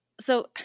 So-